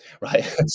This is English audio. Right